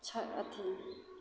छऽ अथी